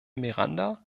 miranda